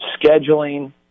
scheduling